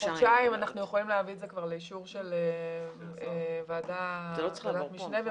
כבר לאישור של ועדת משנה.